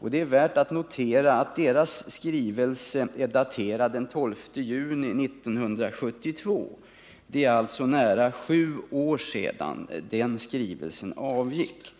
Det är värt att notera att dess skrivelse är daterad den 12 juni 1972. Det är alltså nära sju år sedan den skrivelsen avsändes.